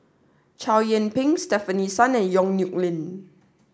Chow Yian Ping Stefanie Sun and Yong Nyuk Lin